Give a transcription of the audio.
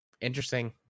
interesting